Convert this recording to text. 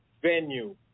venue